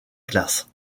classes